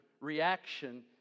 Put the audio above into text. reaction